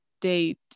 date